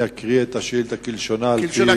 אני אקריא את השאילתא כלשונה, על-פי